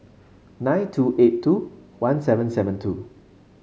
nine two eight two one seven seven two